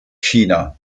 china